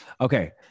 Okay